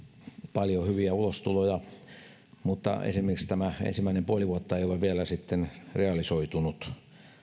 paljon hyviä ulostuloja mutta esimerkiksi tämä ensimmäinen puoli vuotta ei ole vielä realisoitunut